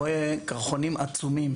רואה קרחונים עצומים.